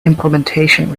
implementation